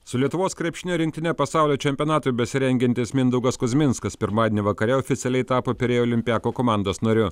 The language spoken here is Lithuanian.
su lietuvos krepšinio rinktine pasaulio čempionatui besirengiantis mindaugas kuzminskas pirmadienį vakare oficialiai tapo pirėjo olympiako komandos nariu